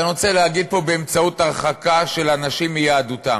אני רוצה להגיד: באמצעות הרחקה של אנשים מיהדות,